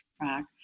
track